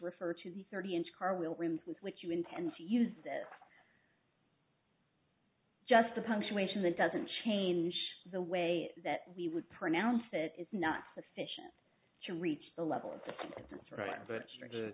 refer to the thirty inch car real rims with which you intend to use this just a punctuation that doesn't change the way that we would pronounce it is not sufficient to reach the level of that's right but